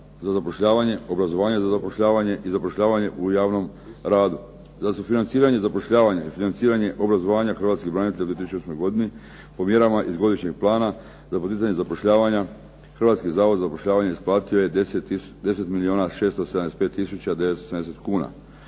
na zapošljavanje, obrazovanje za zapošljavanje i zapošljavanje u javnom radu. Za sufinanciranje zapošljavanja i financiranje obrazovanja hrvatskih branitelja u 2008. godini po mjerama iz Godišnjeg plana za poticanje zapošljavanja Hrvatski zavod za zapošljavanje isplatio je 10 milijuna